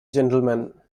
gentleman